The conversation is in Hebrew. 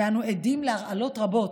ואנחנו עדים להרעלות רבות,